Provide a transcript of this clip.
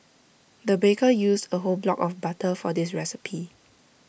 the baker used A whole block of butter for this recipe